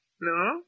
No